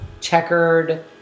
checkered